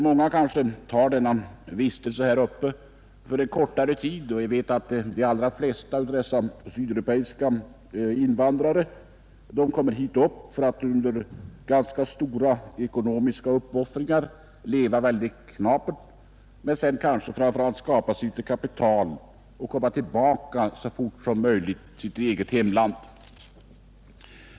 Många invandrare från Sydeuropa tar anställning i Sverige en kortare tid och lever här under stora ekonomiska uppoffringar för att så fort som möjligt skaffa sig ett litet kapital att ta med tillbaka till hemlandet.